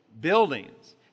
buildings